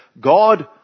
God